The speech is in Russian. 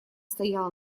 стояла